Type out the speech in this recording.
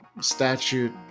statute